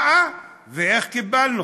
באה, ואיך קיבלנו?